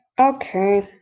Okay